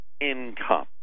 Income